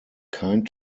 kein